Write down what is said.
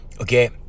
Okay